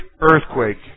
earthquake